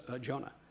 Jonah